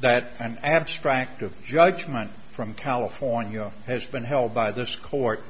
that an abstract of judgment from california has been held by this court